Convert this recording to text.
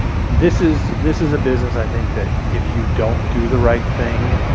this is this is a business i think that if you don't do the right thing,